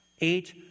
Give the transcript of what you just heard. eight